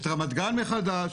את רמת גן מחדש,